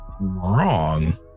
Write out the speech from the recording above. wrong